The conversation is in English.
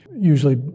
usually